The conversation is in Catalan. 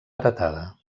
heretada